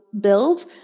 build